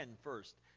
first